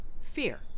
Fear